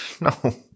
no